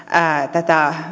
tätä